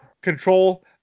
control